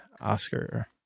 Oscar